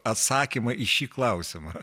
atsakymą į šį klausimą